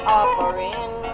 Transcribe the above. offering